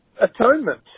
Atonement